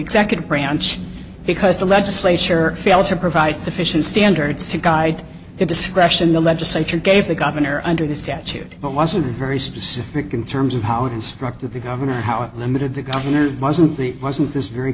executive branch because the legislature failed to provide sufficient standards to guide the discretion the legislature gave the governor under the statute but wasn't very specific in terms of how it instructed the governor how limited the governor wasn't the wasn't this very